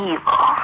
Evil